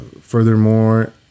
Furthermore